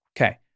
Okay